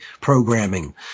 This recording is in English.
programming